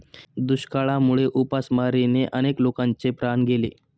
दुष्काळामुळे उपासमारीने अनेक लोकांचे प्राण गेले